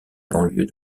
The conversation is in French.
banlieue